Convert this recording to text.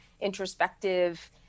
introspective